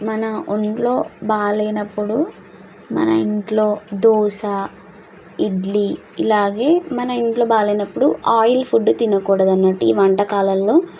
మన ఒంట్లో బాగాలేనప్పుడు మన ఇంట్లో దోశ ఇడ్లీ ఇలాగే మన ఇంట్లో బాగా లేనప్పుడు ఆయిల్ ఫుడ్ తినకూడదన్నట్టు ఈ వంటకాలలో